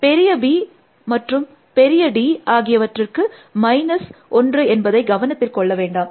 பெரிய பி மற்றும் பெரிய d ஆகியவற்றிற்கு மைனஸ் 1 என்பதை கவனத்தில் கொள்ள வேண்டாம்